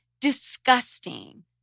Disgusting